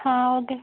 हां ओह् ते